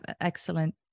excellent